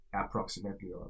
approximately